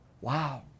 Wow